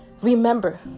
remember